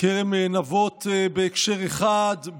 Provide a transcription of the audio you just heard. כרם נבות בהקשר אחד,